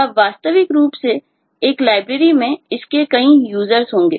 अब स्वाभाविक रूप से एक Library में इसके कई Users होंगे